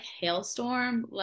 Hailstorm